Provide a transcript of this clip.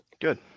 Good